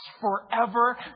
forever